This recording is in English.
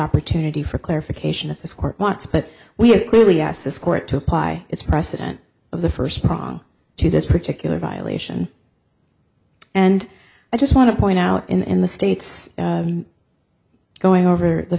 opportunity for clarification of this court wants but we have clearly asked this court to apply its precedent of the first prong to this particular violation and i just want to point out in the states going over the